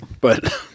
But-